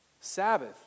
Sabbath